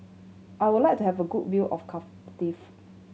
I would like to have a good view of Cardiff